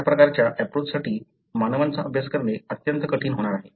अशा प्रकारच्या एप्रोचसाठी मानवांचा अभ्यास करणे अत्यंत कठीण होणार आहे